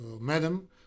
madam